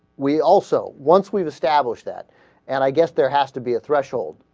we also once we establish that and i guess there has to be a threshold